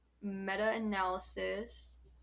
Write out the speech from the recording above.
meta-analysis